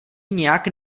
nějak